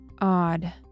odd